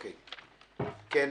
בבקשה.